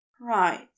Right